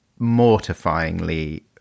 mortifyingly